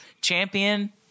Champion –